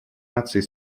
наций